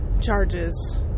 charges